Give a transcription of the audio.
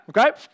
Okay